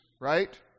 right